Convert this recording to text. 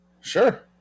Sure